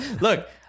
look-